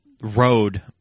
road